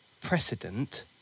precedent